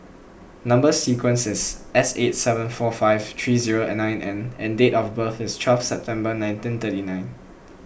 Number Sequence is S eight seven four five three zero nine N and date of birth is twelve September nineteen thirty nine